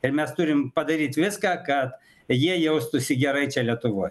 ir mes turim padaryt viską kad jie jaustųsi gerai čia lietuvoj